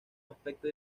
aspecto